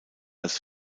als